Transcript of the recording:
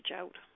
out